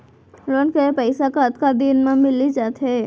Loan के पइसा कतका दिन मा मिलिस जाथे?